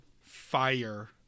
fire